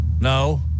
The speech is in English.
No